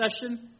session